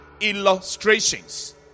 illustrations